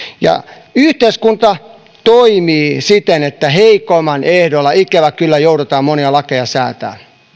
ja yhteiskunta toimii siten että heikomman ehdoilla ikävä kyllä joudutaan monia lakeja säätämään